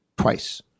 twice